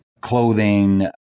clothing